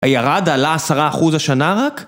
הירד עלה עשרה אחוז השנה רק?